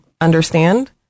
understand